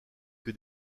que